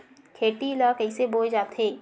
खेती ला कइसे बोय जाथे?